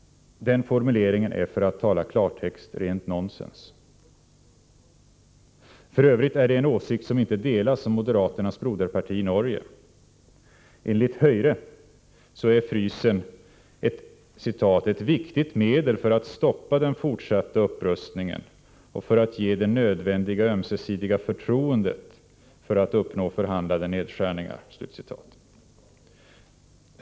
Den formuleringen är, för att tala klartext, rent nonsens. För övrigt är det en åsikt som inte delas av moderaternas broderparti i Norge. Enligt Höyre är frysen ”ett viktigt medel för att stoppa den fortsatta upprustningen och för att ge det nödvändiga ömsesidiga förtroendet för att uppnå förhandlade nedskärningar”.